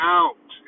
out